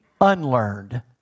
unlearned